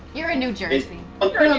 you're in new jersey.